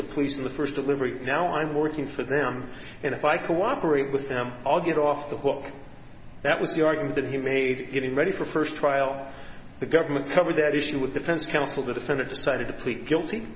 the police in the first the liver now i'm working for them and if i cooperate with them i'll get off the hook that was the argument that he made getting ready for a first trial the government covered that issue with defense counsel the defendant decided to plead guilty